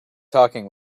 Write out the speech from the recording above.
talking